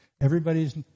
Everybody's